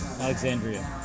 Alexandria